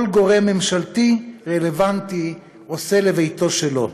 כל גורם ממשלתי רלוונטי עושה לביתו שלו.